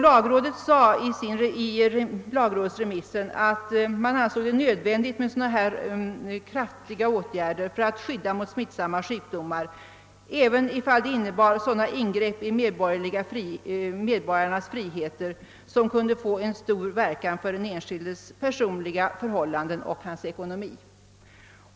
Lagrådet framhöll i sin remiss att det ansåg sådana kraftiga åtgärder nödvändiga för att hindra spridning av smittsamma sjukdomar, även om åtgärderna innebar ingrepp i medborgarnas frihet och kunde få stor verkan på den enskildes personliga förhållanden och ekonomi.